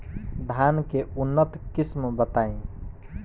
धान के उन्नत किस्म बताई?